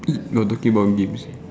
eat while talking about games